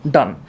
Done